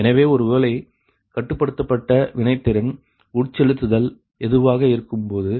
எனவே ஒருவேளை கட்டுப்படுத்தப்பட்ட வினைத்திறன் உட்செலுத்தல் எதுவாக இருக்கும்போதும்